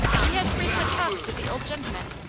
he has frequent talks with the old gentleman.